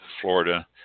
Florida